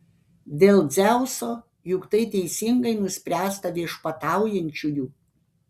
dėl dzeuso juk tai teisingai nuspręsta viešpataujančiųjų